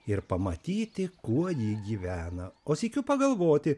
ir pamatyti kuo ji gyvena o sykiu pagalvoti